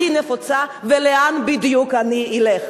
וזו התשובה הכי נפוצה: ולאן בדיוק אני אלך?